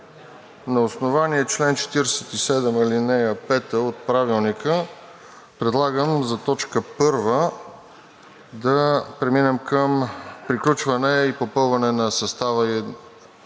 на основание чл. 47, ал. 5 от Правилника предлагам за т. 1 да преминем към приключване и попълване на състава и